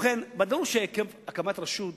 ובכן, ברור שהקמת רשות